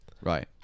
right